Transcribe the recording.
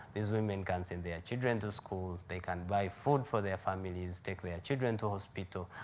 these women can send their children to school. they can buy food for their families, take their children to hospital,